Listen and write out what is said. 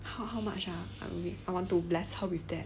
how how much ah I want to bless her with that